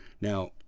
now